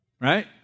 right